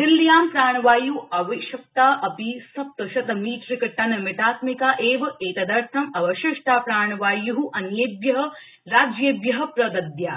दिल्ल्यां प्राणवाय् आवश्यकता अपि सप्तशतमीट्रिकटनमितात्मिका एव एतदर्थ अवशिष्टा प्राणवाय् अन्येभ्यः राज्येभ्यः प्रदद्यात्